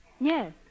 Yes